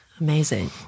Amazing